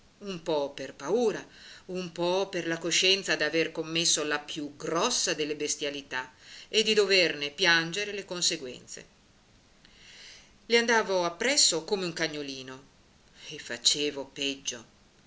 un po per paura un po per la coscienza d'aver commesso la più grossa delle bestialità e di doverne piangere le conseguenze le andavo appresso come un cagnolino e facevo peggio